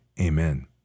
Amen